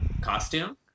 costume